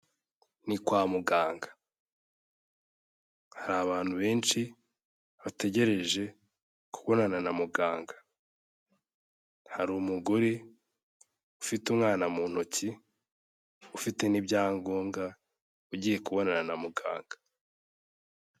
Ni kwa muganga. Hari abantu benshi, bategereje kubonana na muganga. Hari umugore ufite umwana mu ntoki, ufite n'ibyangombwa, ugiye kubonana na muganga.